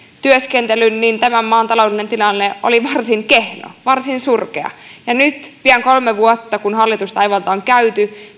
työskentelyn tämän maan taloudellinen tilanne oli varsin kehno varsin surkea ja nyt kun pian kolme vuotta hallitustaivalta on käyty